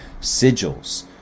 sigils